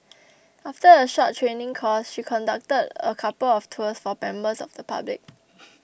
after a short training course she conducted a couple of tours for members of the public